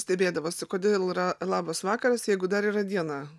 stebėdavosi kodėl yra labas vakaras jeigu dar yra diena